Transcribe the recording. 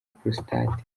prostate